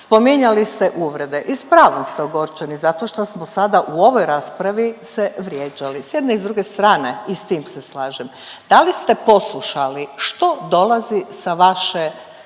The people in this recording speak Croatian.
Spominjali ste uvrede i s pravom ste ogorčeni zato što smo sada u ovoj raspravi se vrijeđali s jedne s druge strane i s tim slažem. Da li ste poslušali što dolazi sa vaše